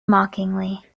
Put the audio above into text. mockingly